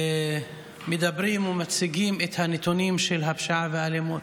ומדברים ומציגים את הנתונים של הפשיעה והאלימות.